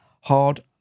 Hard